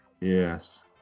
Yes